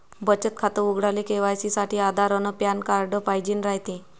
बचत खातं उघडाले के.वाय.सी साठी आधार अन पॅन कार्ड पाइजेन रायते